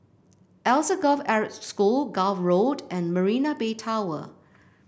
Alsagoff Arab School Gul Road and Marina Bay Tower